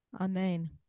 Amen